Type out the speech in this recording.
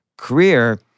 career